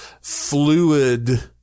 fluid